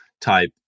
type